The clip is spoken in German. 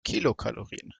kilokalorien